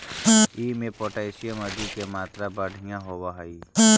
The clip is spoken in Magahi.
इमें पोटाशियम आदि के मात्रा बढ़िया होवऽ हई